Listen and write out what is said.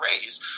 raise